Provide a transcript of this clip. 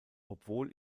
obwohl